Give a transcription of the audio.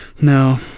no